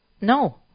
No